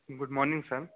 good morning sir